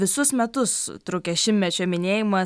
visus metus trukęs šimtmečio minėjimas